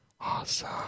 awesome